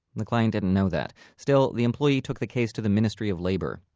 the client didn't know that. still, the employee took the case to the ministry of labour.